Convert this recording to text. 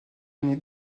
année